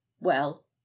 Well